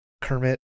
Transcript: Kermit